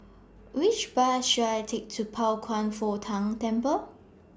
Which Bus should I Take to Pao Kwan Foh Tang Temple